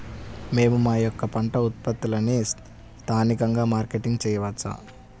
మేము మా యొక్క పంట ఉత్పత్తులని స్థానికంగా మార్కెటింగ్ చేయవచ్చా?